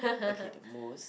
okay the most